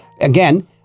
Again